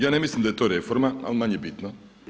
Ja ne mislim da je to reforma, ali manje bitno.